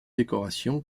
décoration